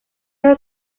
are